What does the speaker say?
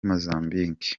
mozambique